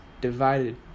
divided